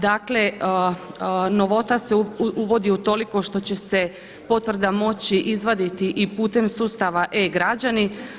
Dakle, novota se uvodi u toliko što će se potvrda moći izvaditi i putem sustava e-Građani.